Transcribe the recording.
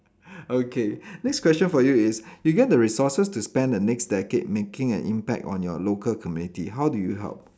okay next question for you is you get the resources to spend the next decade making an impact on your local community how do you help